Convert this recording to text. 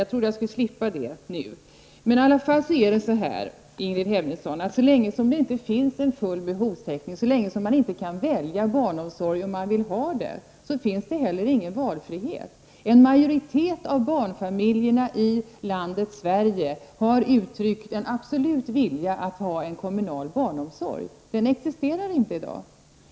Jag trodde att jag skulle slippa det nu. I alla fall är det så här, Ingrid Hemmingsson, att så länge det inte finns full behovstäckning, så länge man inte kan välja barnomsorg om man vill ha det, finns det heller ingen valfrihet. En majoritet av barnfamiljerna i landet Sverige har uttryckt en absolut vilja att ha en kommunal barnomsorg. Den existerar inte i dag.